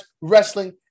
wrestling